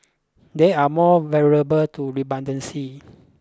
they are more vulnerable to redundancy